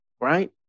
right